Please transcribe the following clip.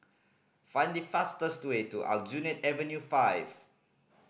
find the fastest way to Aljunied Avenue Five